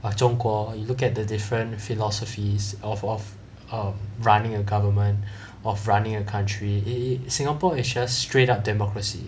like 中国 or you look at the different philosophies of of um running a government of running a country singapore is just straight up democracy